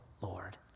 Lord